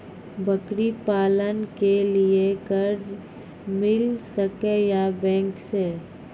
बकरी पालन के लिए कर्ज मिल सके या बैंक से?